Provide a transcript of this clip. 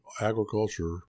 agriculture